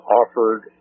offered